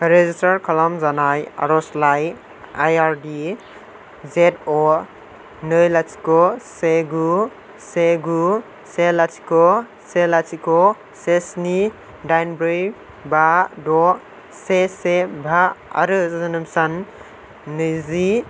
register खालामजानाय आर'जलाइ I D जेड अ नै लाथिख' से गु से गु से लाथिख' से लाथिख' से स्नि दाइन ब्रै बा द' से से बा आरो जोनोम सान नैजि